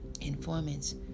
Informants